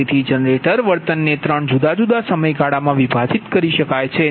તેથી જનરેટર વર્તનને ત્રણ જુદા જુદા સમયગાળામાં વિભાજિત કરી શકાય છે